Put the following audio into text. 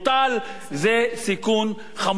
זה סיכון חמור ביותר.